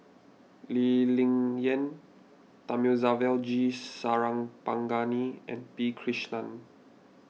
Lee Ling Yen Thamizhavel G Sarangapani and P Krishnan